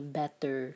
better